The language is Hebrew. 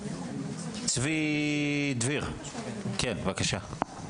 צבי דביר, בבקשה.